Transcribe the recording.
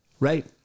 Right